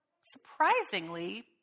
surprisingly